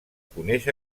coneix